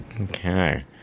Okay